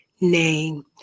name